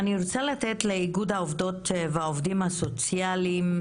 אני רוצה לתת לאיגוד העובדים והעובדות הסוציאליות,